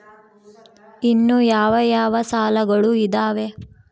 ಇನ್ನು ಯಾವ ಯಾವ ಸಾಲಗಳು ಇದಾವೆ?